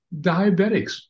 Diabetics